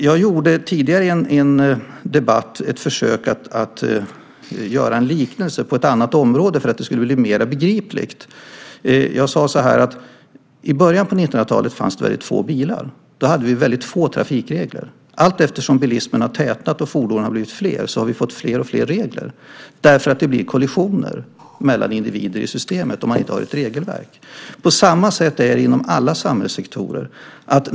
Jag gjorde i en tidigare debatt en liknelse på ett annat område för att detta skulle bli mer begripligt. Jag sade: I början på 1900-talet fanns det väldigt få bilar. Då hade vi väldigt få trafikregler. Allteftersom bilismen har tätnat och fordonen har blivit fler har vi fått fler regler. Det blir kollisioner mellan individer i systemet om man inte har ett regelverk. På samma sätt är det inom alla samhällssektorer.